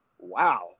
wow